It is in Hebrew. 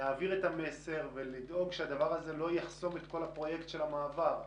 להעביר את המסר שהדבר הזה לא יחסום את הפרויקט של המעבר.